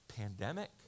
Pandemic